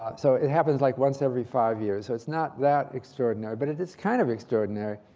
so it happens like once every five years, so it's not that extraordinary. but it is kind of extraordinary.